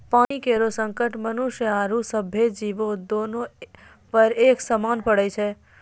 पानी केरो संकट मनुष्य आरो सभ्भे जीवो, दोनों पर एक समान पड़ै छै?